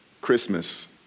Christmas